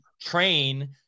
train